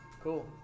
Cool